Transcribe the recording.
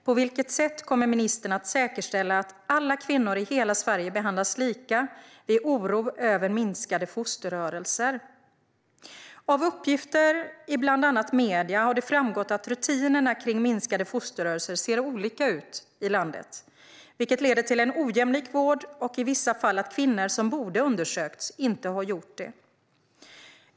På vilket sätt kommer ministern att säkerställa att alla kvinnor i hela Sverige behandlas lika vid oro över minskade fosterrörelser? Av uppgifter i bland annat medier har det framgått att rutinerna kring minskade fosterrörelser ser olika ut i landet, vilket leder till en ojämlik vård och i vissa fall att kvinnor som borde ha blivit undersökta inte har blivit det.